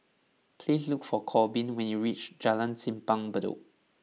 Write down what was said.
please look for Korbin when you reach Jalan Simpang Bedok